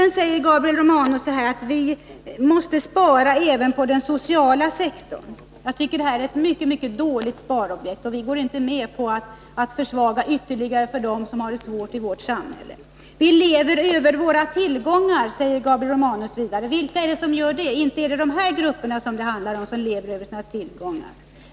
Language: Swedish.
Gabriel Romanus sade att vi måste spara även på den sociala sektorn. Jag tycker att det här är ett mycket dåligt sparobjekt. Vi går inte med på att försvaga villkoren ytterligare för dem som har det svårt i vårt samhälle. Vi lever över våra tillgångar, sade Gabriel Romanus vidare. Vilka är det som gör det? Inte är det de grupper det här handlar om!